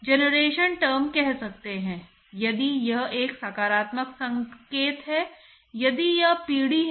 इसलिए यदि यह y दिशा है तो 0 के बराबर y पर मूल्यांकन किया जाता है